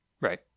right